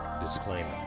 Disclaimer